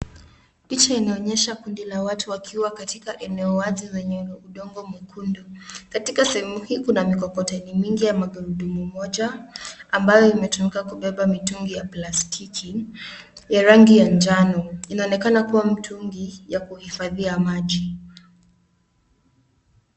Picha inaonyesha kundi la watu wakiwa katika eneo wazi zenye udongo mwekundu. Katika sehemu hii kuna mikokoteni mingi ya magurudumu moja ambayo imetumika kubeba mitungi ya plastiki ya rangi ya njano. Inaonekana kuwa mtungi ya kuhifadhia maji.